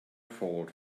fault